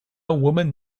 woman